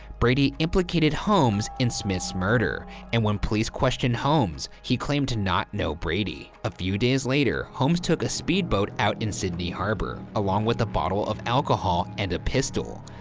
brady implicated holmes in smith's murder and when police questioned holmes, he claimed to not know brady. a few days later, holmes took a speedboat out in sydney harbor along with a bottle of alcohol and a pistol.